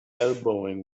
elbowing